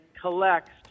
collects